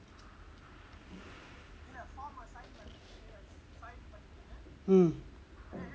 mm